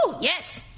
yes